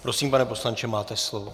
Prosím, pane poslanče, máte slovo.